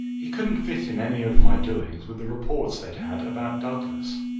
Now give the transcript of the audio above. he couldn't fit in any of my doings with the reports they'd had about douglas.